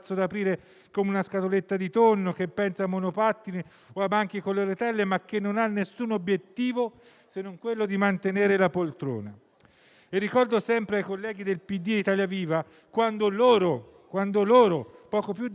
come una scatoletta di tonno, che pensa ai monopattini o ai banchi con le rotelle, ma che non ha alcun altro obiettivo se non quello di mantenere la poltrona. Ricordo sempre ai colleghi del PD e di Italia Viva quando loro, poco più di un anno fa,